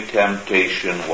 temptation